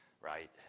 right